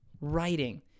writing